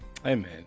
Amen